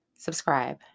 subscribe